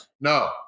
No